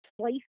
place